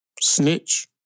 snitch